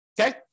okay